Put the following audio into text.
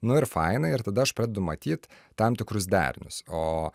nu ir faina ir tada aš pradedu matyt tam tikrus derinius o